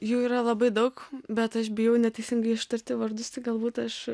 jų yra labai daug bet aš bijau neteisingai ištarti vardus tai galbūt aš